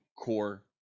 core